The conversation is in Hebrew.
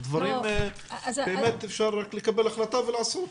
אלה דברים שאפשר לקבל החלטה ולעשות.